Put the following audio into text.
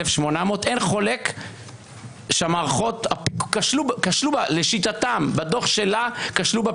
1,800 אין חולק שהמערכות כשלו בפיקוח לשיטתם בדוח שלה.